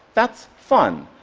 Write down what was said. that's fun.